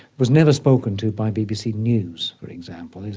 was never spoken to by bbc news, for example.